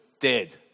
dead